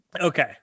Okay